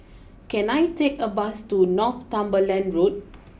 can I take a bus to Northumberland Road